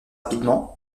rapidement